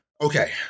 Okay